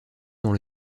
dans